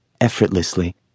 effortlessly